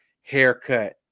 haircut